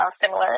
similar